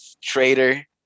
trader